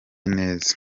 neza